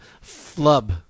flub